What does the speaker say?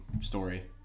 story